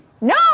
No